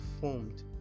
formed